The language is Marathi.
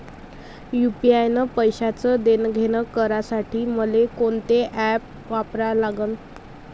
यू.पी.आय न पैशाचं देणंघेणं करासाठी मले कोनते ॲप वापरा लागन?